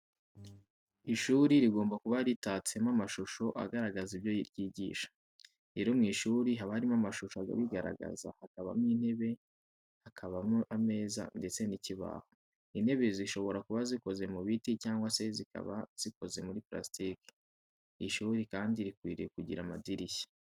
Ishuri rigomba kuba ritatsemo amashusho agaragaza ibyo ryigisha. Rero mu ishuri haba harimo amashusho abigaragaza, hakabamo intebe, hakabamo ameza ndetse n'ikibaho. Intebe zishobora kuba zikoze mu biti cyangwa se zikaba zikoza muri purasitike. Ishuri kandi rikwiriye kugira amadirishya.